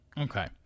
Okay